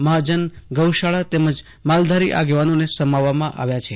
મહાજન ગૌશાળા તેમજ માલધારી આગેવાનોને સમાવવામાં આવ્યા છે